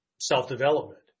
self-development